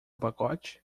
pacote